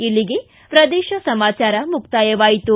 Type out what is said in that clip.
ಇಲ್ಲಿಗೆ ಪ್ರದೇಶ ಸಮಾಚಾರ ಮುಕ್ತಾಯವಾಯಿತು